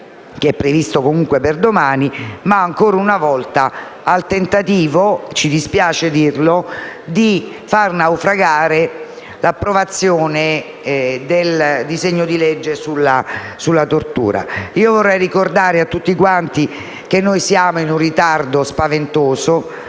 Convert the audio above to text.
legge, previsto comunque per domani, ma, ancora una volta, un tentativo - ci dispiace dirlo - di far naufragare l'approvazione del disegno di legge sul delitto di tortura. Vorrei ricordare a tutti quanti che siamo in un ritardo spaventoso.